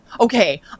Okay